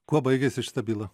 kuo baigėsi šita byla